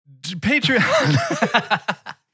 Patreon